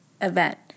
event